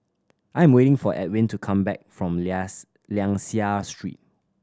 I'm waiting for Edwin to come back from Liang Seah Street